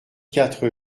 quatre